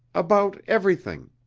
about everything.